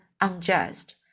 unjust